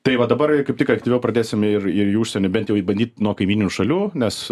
tai va dabar ir kaip tik aktyviau pradėsime ir ir į užsienį bent jau į bandyt nuo kaimyninių šalių nes